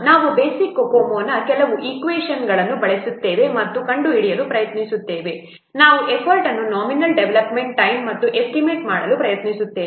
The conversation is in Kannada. ನಾವು ಬೇಸಿಕ್ COCOMO ನ ಕೆಲವು ಈಕ್ವೇಷನ್ಗಳನ್ನು ಬಳಸುತ್ತೇವೆ ಮತ್ತು ನಾವು ಕಂಡುಹಿಡಿಯಲು ಪ್ರಯತ್ನಿಸುತ್ತೇವೆ ನಾವು ಎಫರ್ಟ್ ಮತ್ತು ನಾಮಿನಲ್ ಡೆವಲಪ್ಮೆಂಟ್ ಟೈಮ್ ಅನ್ನು ಎಸ್ಟಿಮೇಟ್ ಮಾಡಲು ಪ್ರಯತ್ನಿಸುತ್ತೇವೆ